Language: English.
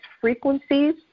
frequencies